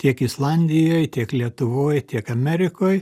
tiek islandijoj tiek lietuvoj tiek amerikoj